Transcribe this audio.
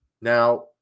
Now